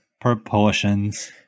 proportions